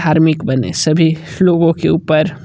धार्मिक बने सभी लोगों के ऊपर